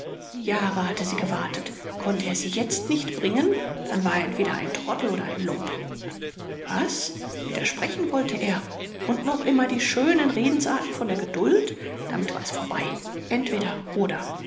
jahre hatte sie gewartet konnte er sie jetzt nicht bringen dann war er entweder ein trottl oder ein lump was widersprechen wollte er und noch immer die schönen redensarten von der geduld damit war es vorbei entweder oder